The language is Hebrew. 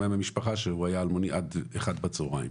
מהמשפחה שהוא היה אלמוני עד 13:00 בצהריים.